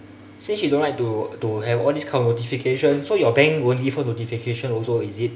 since she don't like to to have all this kind of notification so your bank won't give her notification also is it